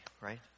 right